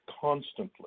constantly